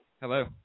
Hello